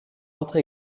entre